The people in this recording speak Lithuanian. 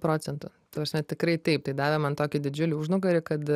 procentų ta prasme tikrai taip tai davė man tokį didžiulį užnugarį kad